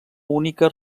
única